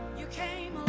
you came